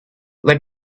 let